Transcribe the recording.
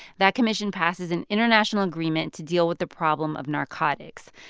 that commission passes an international agreement to deal with the problem of narcotics.